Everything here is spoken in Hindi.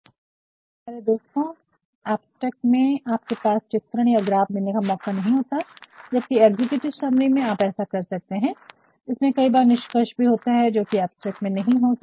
मेरे प्यारे दोस्तोंअब्स्ट्रक्ट में आपके पास चित्र या ग्राफ देने का मौका नहीं होता है जबकि एग्जीक्यूटिव समरी में आप ऐसा कर सकते हैं इसमें कई बार निष्कर्ष भी होता है जोकि अब्स्ट्रक्ट में नहीं हो सकता है